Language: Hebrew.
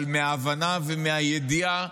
אבל מההבנה ומהידיעה,